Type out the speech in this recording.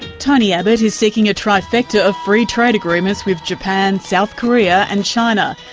tony abbott is seeking a trifecta of free trade agreements with japan, south korea and china.